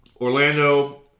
Orlando